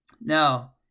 Now